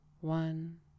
one